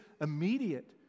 immediate